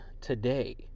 today